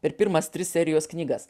per pirmas tris serijos knygas